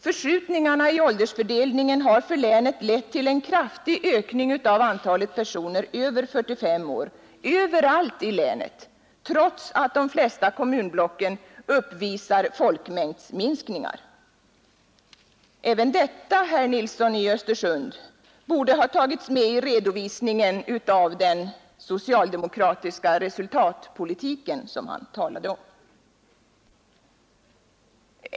Förskjutningarna i åldersfördelningen har för länet lett till en kraftig ökning av antalet personer över 45 år överallt i länet trots att de flesta kommunblocken uppvisar folkmängdsminskningar. Också detta, herr Nilsson i Östersund, borde ha tagits med i redovisningen av den socialdemokratiska resultatpolitiken, som herr Nilsson talade om.